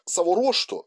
savo ruožtu